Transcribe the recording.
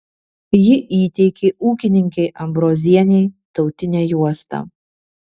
ji įteikė ūkininkei ambrozienei tautinę juostą